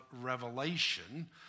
Revelation